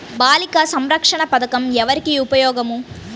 బాలిక సంరక్షణ పథకం ఎవరికి ఉపయోగము?